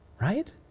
right